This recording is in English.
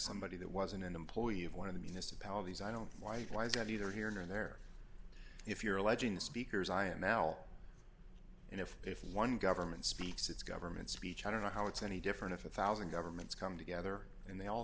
somebody that wasn't an employee of one of the municipalities i don't like lies that neither here nor there if you're alleging the speaker's i and l and if if one government speaks it's government speech i don't know how it's any different if a one thousand governments come together and they all